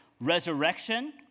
resurrection